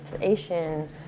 Asian